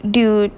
dude